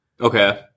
Okay